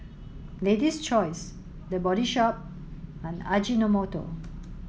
Lady's Choice The Body Shop and Ajinomoto